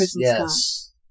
yes